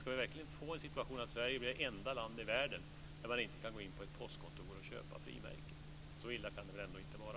Ska vi verkligen få situationen att Sverige är det enda land i världen där man inte kan gå in på ett postkontor och köpa frimärken? Så illa kan det väl ändå inte vara.